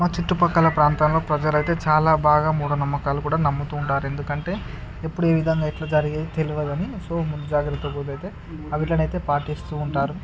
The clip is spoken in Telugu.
మా చుట్టుపక్కల ప్రాంతాల్లో ప్రజలు అయితే చాలా బాగా మూఢనమ్మకాలు కూడా నమ్ముతుంటారు ఎందుకంటే ఎప్పుడు ఈ విధంగా ఎట్ల జరిగేది తెలవదని సో ముందు జాగ్రత్తకోదైయితే వీట్లనైతే పాటిస్తూ ఉంటారు